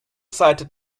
seite